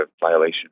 violation